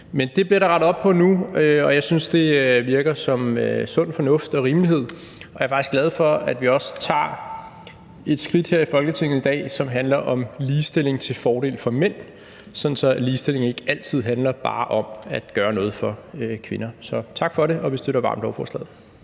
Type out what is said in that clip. men det bliver der rettet op på nu, og jeg synes, der er sund fornuft og rimelighed i det. Og jeg er faktisk glad for, at vi også her i Folketinget i dag tager et skridt, som handler om ligestilling til fordel for mænd, sådan at ligestilling ikke altid bare handler om at gøre noget for kvinder. Så tak for det. Vi støtter varmt lovforslaget.